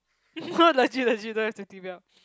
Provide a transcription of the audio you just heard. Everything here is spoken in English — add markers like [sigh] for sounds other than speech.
[laughs] legit legit don't have safety belt